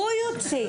הוא יוציא.